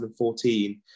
2014